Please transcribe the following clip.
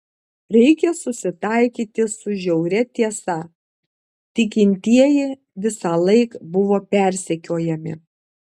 reikia susitaikyti su žiauria tiesa tikintieji visąlaik buvo persekiojami